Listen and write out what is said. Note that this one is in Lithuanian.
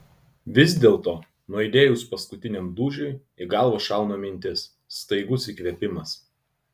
vis dėlto nuaidėjus paskutiniam dūžiui į galvą šauna mintis staigus įkvėpimas